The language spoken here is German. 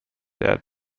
der